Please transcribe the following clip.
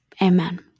Amen